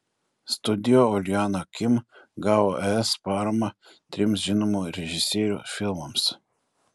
studio uljana kim gavo es paramą trims žinomų režisierių filmams